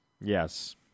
Yes